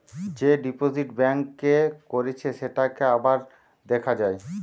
যে deposit bank এ করেছে সেটাকে আবার দেখা যায়